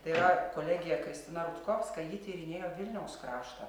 tai yra kolegė kristina rutkovska ji tyrinėjo vilniaus kraštą